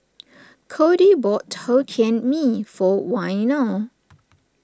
Codie bought Hokkien Mee for Waino